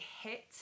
hit